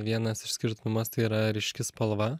vienas išskirtinumas tai yra ryški spalva